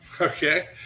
Okay